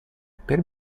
per